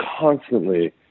constantly